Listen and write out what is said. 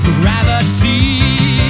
gravity